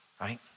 right